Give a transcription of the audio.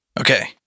Okay